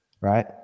right